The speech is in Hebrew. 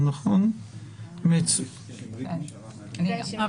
זה הנושא של תוכנית מוגדרת ותקצוב הולם לשיפור